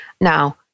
Now